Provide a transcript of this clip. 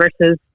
versus